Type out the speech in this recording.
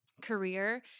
career